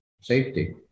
safety